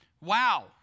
Wow